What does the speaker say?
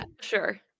sure